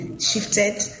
shifted